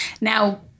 Now